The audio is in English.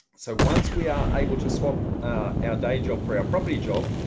so once we are able to swap our day job for our property job,